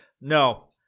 no